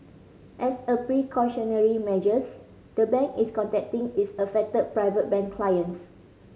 as a precautionary measures the bank is contacting its affected Private Bank clients